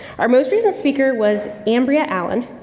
our most recent speaker was amberia allen,